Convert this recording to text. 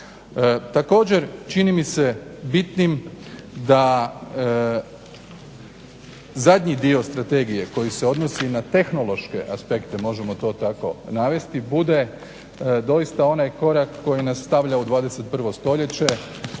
Također čini mi se bitnim da zadnji dio strategije koji se odnosi na tehnološke aspekte možemo to tako navesti bude doista onaj korak koji nas stavlja u 21. stoljeće.